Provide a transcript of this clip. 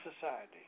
society